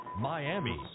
Miami